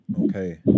okay